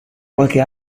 qualche